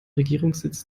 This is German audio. regierungssitz